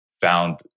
found